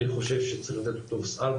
אני חושב שצריך לתת לו טופס 4,